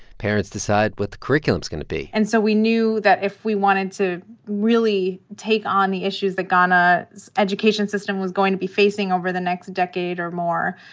parents decide what the curriculum is going to be and so we knew that if we wanted to really take on the issues that ghana's education system was going to be facing over the next decade or more,